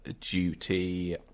Duty